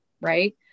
right